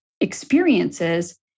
experiences